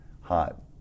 hot